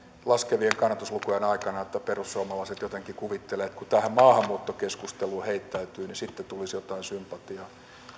laskevien kannatuslukujen aikana että perussuomalaiset jotenkin kuvittelevat että kun tähän maahanmuuttokeskusteluun heittäytyy niin sitten tulisi jotain sympatiaa